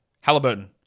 Halliburton